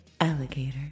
alligator